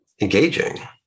engaging